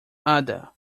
ada